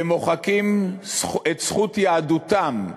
ומוחקים את זכות יהדותם,